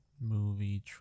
movie